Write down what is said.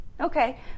Okay